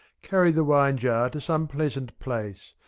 carry the wine-jar to some pleasant place,